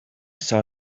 saw